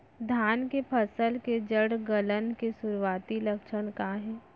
धान के फसल के जड़ गलन के शुरुआती लक्षण का हे?